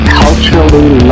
culturally